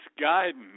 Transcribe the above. guidance